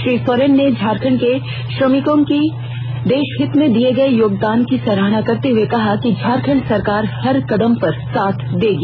श्री सोरेन ने झारखंड के श्रमिकों की देषहित में दिये गए योगदान की सराहना करते हुए कहा कि झारखंड सरकार हर कदम पर साथ देगी